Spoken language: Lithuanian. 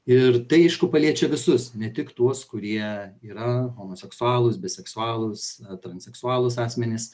ir tai aišku paliečia visus ne tik tuos kurie yra homoseksualūs biseksualūs a transseksualūs asmenys